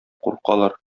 куркалар